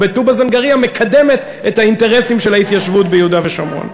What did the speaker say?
בטובא-זנגרייה מקדמת את האינטרס של ההתיישבות ביהודה ושומרון.